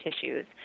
tissues